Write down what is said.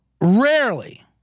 rarely